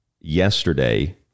yesterday